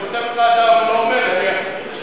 אני כותב לוועדה, הוא לא, .